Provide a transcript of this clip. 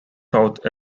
south